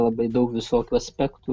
labai daug visokių aspektų